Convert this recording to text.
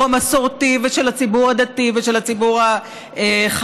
המסורתי ושל הציבור הדתי ושל הציבור החרדי.